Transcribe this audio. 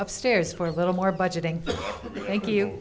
upstairs for a little more budgeting thank you